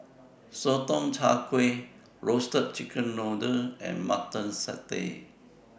Sotong Char Kway Roasted Chicken Noodle and Mutton Satay